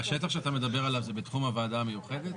השטח שאתה מדבר עליו הוא בתחום הוועדה המיוחדת?